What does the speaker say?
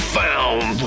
found